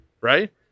right